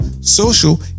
social